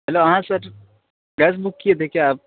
hello ہاں sir gas book کیے تھے کیا آپ